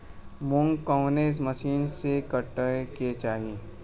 मूंग कवने मसीन से कांटेके चाही?